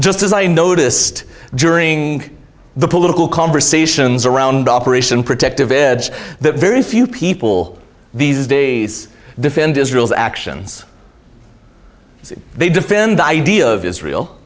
just as i noticed during the political conversations around operation protective edge that very few people these days defend israel's actions they defend the idea of israel